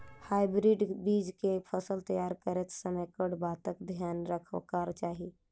Hybrid बीज केँ फसल तैयार करैत समय कऽ बातक ध्यान रखबाक चाहि?